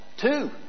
Two